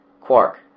quark